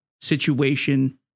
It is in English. situation